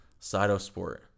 Cytosport